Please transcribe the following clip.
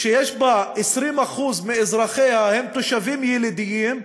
ש-20% מאזרחיה הם תושבים ילידים,